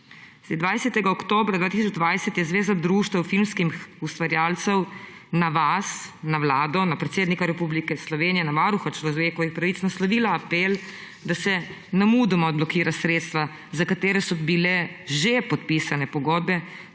20. oktobra 2020 je Zveza društev filmskih ustvarjalcev na vas, na Vlado, na predsednika Republike Slovenije, na Varuha človekovih pravic naslovila apel, da se nemudoma odblokirajo sredstva, za katera so bile že podpisane pogodbe,